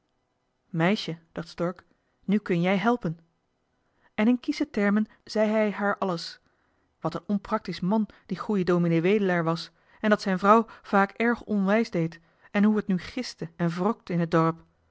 meisje dacht stork nu kun jij helpen en in kiesche termen zei hij haar alles wat een onpraktisch man die goeie dominee wedelaar was en dat zijn vrouw vaak erg onwijs deed en hoe het nu gistte en wrokte in t dorp